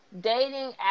dating